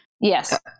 yes